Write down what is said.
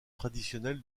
traditionnel